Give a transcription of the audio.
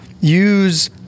use